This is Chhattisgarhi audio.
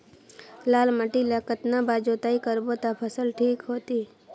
लाल माटी ला कतना बार जुताई करबो ता फसल ठीक होती?